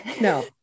No